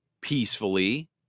peacefully